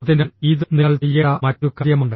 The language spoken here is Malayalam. അതിനാൽ ഇത് നിങ്ങൾ ചെയ്യേണ്ട മറ്റൊരു കാര്യമാണ്